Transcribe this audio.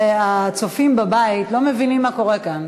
הצופים בבית לא מבינים מה קורה כאן.